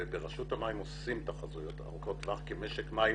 וברשות המים עושים תחזיות ארוכות טווח כי משק מים